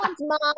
mom